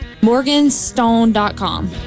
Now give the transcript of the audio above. Morganstone.com